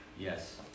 Yes